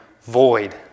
void